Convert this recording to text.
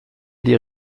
die